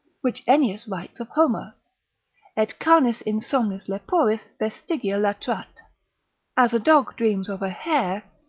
which ennius writes of homer et canis in somnis leporis vestigia latrat as a dog dreams of a hare,